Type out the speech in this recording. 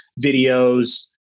videos